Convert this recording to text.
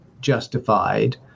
justified